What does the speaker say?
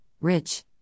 Rich